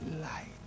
light